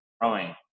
growing